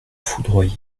foudroyé